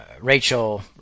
Rachel